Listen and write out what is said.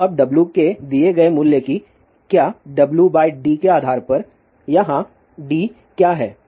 तो अब W के दिए गए मूल्य कि क्या W बाय d के आधार पर यहाँ d क्या है